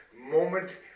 moment